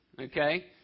okay